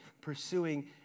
pursuing